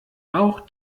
auch